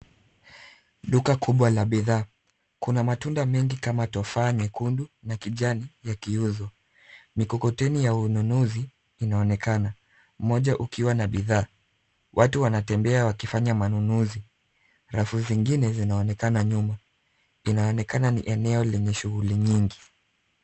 Duka kubwa la bidhaa. Kuna matunda mengi kama tofaa nyekundu na kijani yakiuzwa. Mikokoteni ya ununuzi inaonekana mmoja ukiwa na bidhaa. Watu wanatembea wakifanya manunuzi rafu zingine zinaonekana nyuma. Inaonekana ni eneo lenye shughuli nyingi.